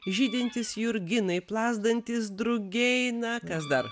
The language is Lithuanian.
žydintys jurginai plazdantys drugiai na kas dar